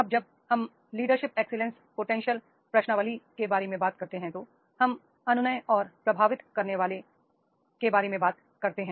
अब जब हम लीडरशिप एक्सीलेंस पोटेंशियल प्रश्नावली के बारे में बात करते हैं तो हम अनुनय और प्रभावित करने के बारे में बात करते हैं